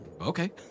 okay